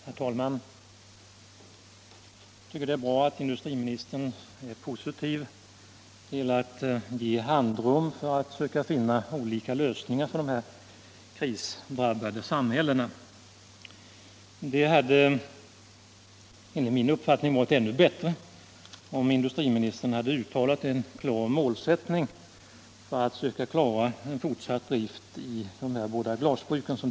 Herr talman! Jag tycker det är bra att industriministern är positiv till tanken att ge andrum för att försöka finna lösningar på problemen för de båda krisdrabbade samhällen som det här gäller. Men enligt min uppfattning hade det varit ännu bättre om industriministern hade uttalat en klar målsättning för att säkra en fortsatt drift vid båda glasbruken.